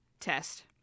test